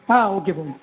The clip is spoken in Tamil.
ஆ ஓகேப்பா